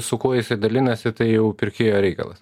su kuo jis dalinasi tai jau pirkėjo reikalas